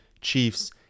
chiefs